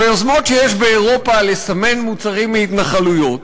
ביוזמות שיש באירופה לסמן מוצרים מהתנחלויות,